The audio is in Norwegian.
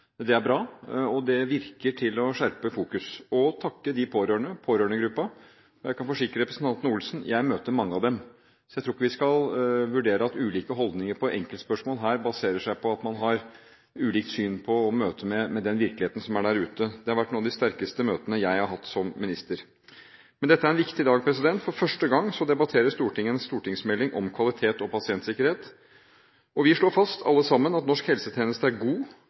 Det er bra, og det virker til å skjerpe fokuset. Jeg vil også takke de pårørende og pårørendegruppen, og jeg kan forsikre representanten Olsen om at jeg møter mange av dem. Jeg tror ikke vi skal vurdere det slik at ulike holdninger til enkeltspørsmål her baserer seg på at man har ulikt syn på og ulikt møte med den virkeligheten som er der ute. Det har vært noen av de sterkeste møtene jeg har hatt som minister. Dette er en viktig dag. For første gang debatterer Stortinget en stortingsmelding om kvalitet og pasientsikkerhet, og vi slår alle sammen fast at norsk helsetjeneste er god,